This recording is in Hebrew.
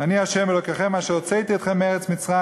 אני ה' אלקיכם אשר הוצאתי אתכם מארץ מצרים